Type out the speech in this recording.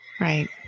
right